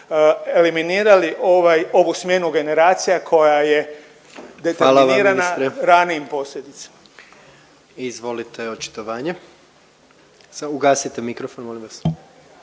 eliminirali ovaj ovu smjenu generacija koja je determinirana … …/Upadica